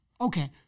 Okay